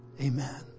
Amen